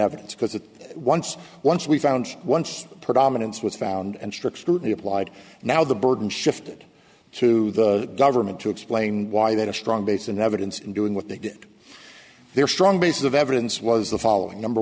evidence because once once we found once predominance was found and strict scrutiny applied now the burden shifted to the government to explain why that a strong base in evidence in doing what they did their strong base of evidence was the following number